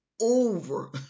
over